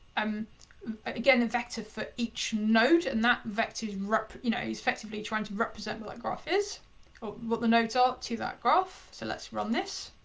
um again, a vector for each node and that vector is rep. you know he's effectively trying to represent what the like graph is, or what the nodes are to that graph. so let's run this